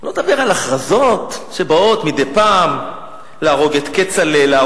לא נדבר על הכרזות שבאות מדי פעם: להרוג את כצל'ה,